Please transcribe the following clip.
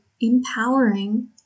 empowering